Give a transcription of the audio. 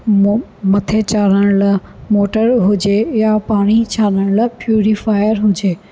मो मथे चाढ़ण लाइ मोटर हुजे या पाणी छाणण लाइ प्यूरीफ़ायर हुजे